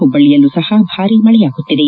ಹುಬ್ಬಳ್ಳಿಯಲ್ಲೂ ಸಹ ಭಾರೀ ಮಳೆಯಾಗುತ್ತಿದೆ